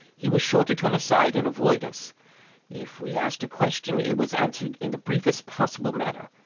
he was sure to turn aside and avoid us if we asked a question, it was answered in the briefest possible manner,